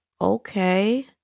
Okay